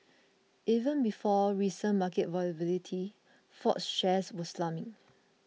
even before recent market volatility Ford's shares were slumping